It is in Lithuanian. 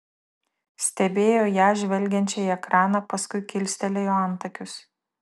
stebėjo ją žvelgiančią į ekraną paskui kilstelėjo antakius